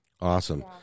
Awesome